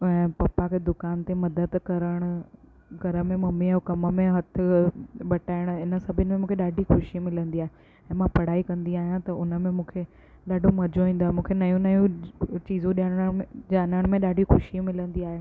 पप्पा खे दुकान ते मदद करण घर में मम्मीअ जो कमु में हथु बटाइण हिन सभिनि में मूंखे ॾाढी ख़ुशी मिलंदी आहे ऐं मां पढ़ाई कंदी आहियां त हुन में मूंखे ॾाढो मज़ो ईंदो आहे मूंखे नईं नईं चीज़ो ॾियण में ॼाणण में ॾाढी ख़ुशी मिलंदी आहे